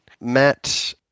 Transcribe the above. Matt